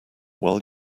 while